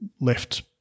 left